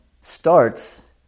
starts